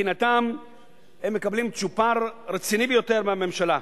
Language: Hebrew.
מבחינתם הם מקבלים צ'ופר רציני ביותר מהממשלה.